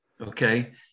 Okay